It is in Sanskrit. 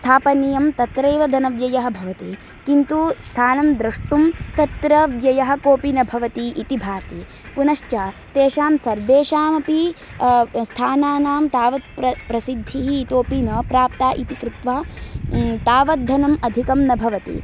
स्थापनीयं तत्रेव धनव्ययः भवति किन्तु स्थानं दृष्टुं तत्र व्ययः कोपि न भवति इति भाति पुनश्च तेषां सर्वेषामपि स्थानानां तावत् प्रसिद्धिः इतोपि न प्राप्ता इति कृत्वा तावद्धनम् अधिकं न भवति